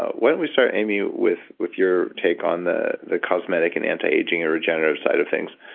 why don't we start amy with with your take on the the cosmetic and antiaging regenerative side of things,